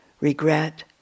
regret